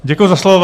Děkuji za slovo.